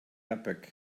epoch